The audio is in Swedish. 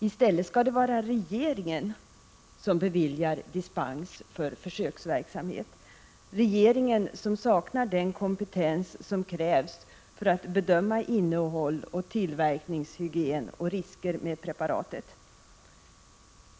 I stället skall det vara regeringen som beviljar dispens för försöksverksamhet — regeringen som saknar den kompetens som krävs för att bedöma innehåll, tillverkningshygien och risker med preparatet.